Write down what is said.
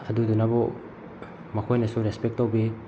ꯑꯗꯨꯗꯨꯅꯕꯨ ꯃꯈꯣꯏꯅꯁꯨ ꯔꯦꯁꯄꯦꯛ ꯇꯧꯕꯤ